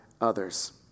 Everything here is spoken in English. others